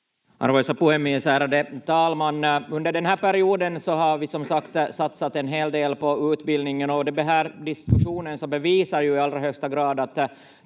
Arvoisa puhemies, ärade talman! Under den här perioden har vi som sagt satsat en hel del på utbildningen, och den här diskussionen bevisar ju i allra högsta grad